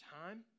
time